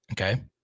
Okay